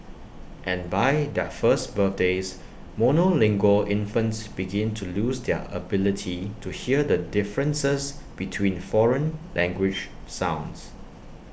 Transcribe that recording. and by their first birthdays monolingual infants begin to lose their ability to hear the differences between foreign language sounds